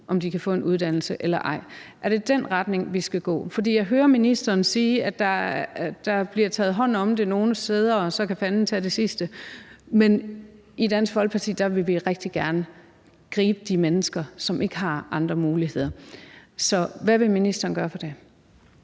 unge kan få en uddannelse eller ej. Er det i den retning, vi skal gå? For jeg hører ministeren sige, at der bliver taget hånd om det nogle steder – og så kan Fanden tage de sidste. Men i Dansk Folkeparti vil vi rigtig gerne gribe de mennesker, som ikke har andre muligheder. Så hvad vil ministeren gøre ved det?